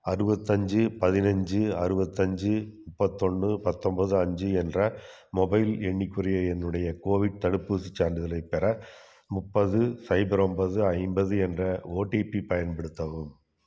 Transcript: அறுபத்தஞ்சி பதினைஞ்சி அறுபத்தஞ்சி முப்பத்தொன்று பத்தொம்போது அஞ்சு என்ற மொபைல் எண்ணுக்குரிய என்னுடைய கோவிட் தடுப்பூசிச் சான்றிதழைப் பெற முப்பது சைபர் ஒம்போது ஐம்பது என்ற ஓடிபி பயன்படுத்தவும்